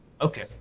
Okay